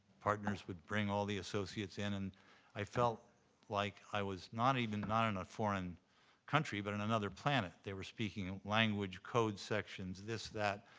partners would bring all the associates in. and i felt like i was not even not in a foreign country but on another planet. they were speaking a language, codes, sections, this, that.